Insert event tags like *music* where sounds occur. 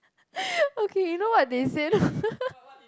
*laughs* okay you know what they say or not *laughs*